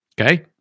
okay